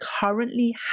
currently